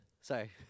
Sorry